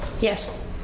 Yes